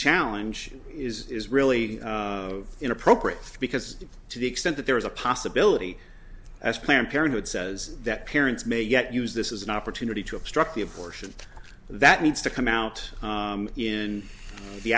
challenge is really inappropriate because to the extent that there is a possibility as planned parenthood says that parents may yet use this as an opportunity to obstruct the abortion that needs to come out in the